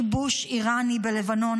כיבוש איראני בלבנון,